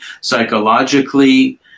psychologically